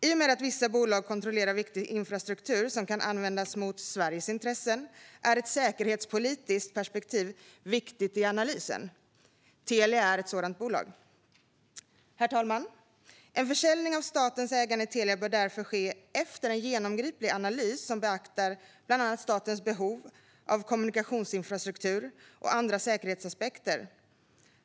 I och med att vissa bolag kontrollerar viktig infrastruktur som kan användas emot Sveriges intressen är ett säkerhetspolitiskt perspektiv viktigt i analysen. Telia är ett sådant bolag. Herr talman! En försäljning av statens ägande i Telia bör därför ske efter en genomgripande analys som beaktar bland annat statens behov av kommunikationsinfrastruktur och andra säkerhetsaspekter.